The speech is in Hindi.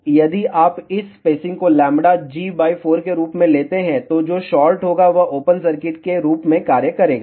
इसलिए यदि आप इस स्पेसिंग को λg 4 के रूप में लेते हैं तो जो शॉर्ट होगा वह ओपन सर्किट के रूप में कार्य करेगा